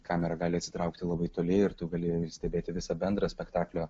kamera gali atsitraukti labai toli ir tu gali stebėti visą bendrą spektaklio